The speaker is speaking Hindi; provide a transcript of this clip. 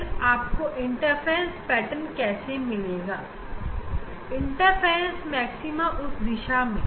फिर आपको इंटरफेरेंस पेटर्न कैसे मिलेगा इंटरफेरेंस मैक्स उस दिशा में